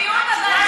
דיון בוועדה